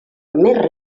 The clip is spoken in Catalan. més